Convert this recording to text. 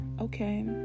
okay